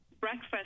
breakfast